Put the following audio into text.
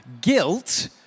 Guilt